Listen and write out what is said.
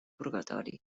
purgatori